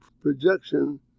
projection